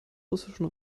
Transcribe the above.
russischen